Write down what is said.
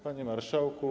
Panie Marszałku!